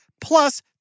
plus